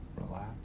relax